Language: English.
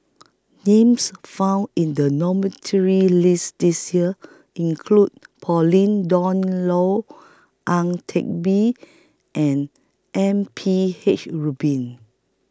Names found in The list This Year include Pauline Dawn Loh Ang Teck Bee and M P H Rubin